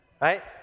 Right